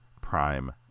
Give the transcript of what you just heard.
Prime